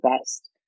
best